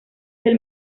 del